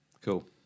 cool